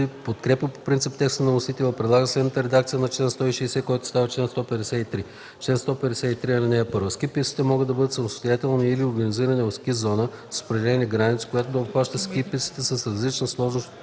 подкрепя по принцип текста на вносителя и предлага следната редакция на чл. 160, който става чл. 153: „Чл. 153. (1) Ски пистите могат да бъдат самостоятелни или организирани в ски зона с определени граници, която да обхваща ски писти с различна сложност